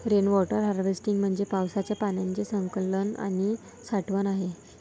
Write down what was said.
rain water harvesting म्हणजे पावसाच्या पाण्याचे संकलन आणि साठवण आहे